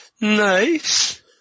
Nice